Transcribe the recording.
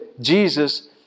Jesus